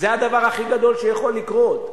זה הדבר הכי גדול שיכול לקרות,